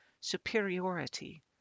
superiority